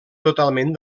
totalment